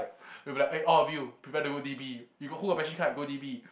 we'll be like eh all of you prepare to go D_B you got who got passion card go D_B